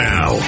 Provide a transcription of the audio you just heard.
Now